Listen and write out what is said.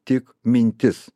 tik mintis